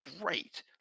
great